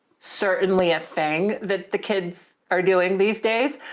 certainly a thing that the kids are doing these days.